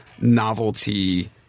novelty –